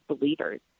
believers